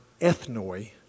ethnoi